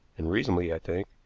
and reasonably, i think,